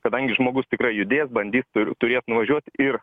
kadangi žmogus tikrai judės bandys ir turės nuvažiuoti ir